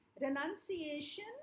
Renunciation